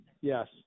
Yes